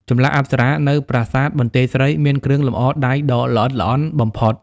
ចម្លាក់អប្សរានៅប្រាសាទបន្ទាយស្រី មានគ្រឿងលម្អដៃដ៏ល្អិតល្អន់បំផុត។